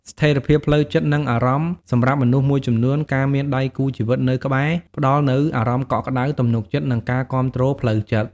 ស្ថិរភាពផ្លូវចិត្ត និងអារម្មណ៍សម្រាប់មនុស្សមួយចំនួន ការមានដៃគូជីវិតនៅក្បែរ ផ្តល់នូវអារម្មណ៍កក់ក្តៅ ទំនុកចិត្ត និងការគាំទ្រផ្លូវចិត្ត។